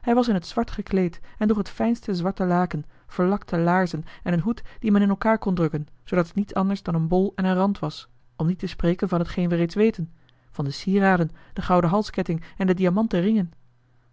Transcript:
hij was in het zwart gekleed en droeg het fijnste zwarte laken verlakte laarzen en een hoed die men in elkaar kon drukken zoodat het niets anders dan een bol en een rand was om niet te spreken van hetgeen we reeds weten van de sieraden de gouden halsketting en de diamanten ringen